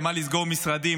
למה לסגור משרדים?